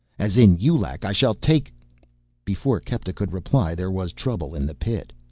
as in yu-lac, i shall take before kepta could reply there was trouble in the pit.